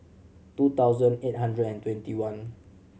two thousand eight hundred and twenty one